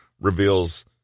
reveals